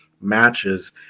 matches